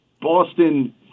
Boston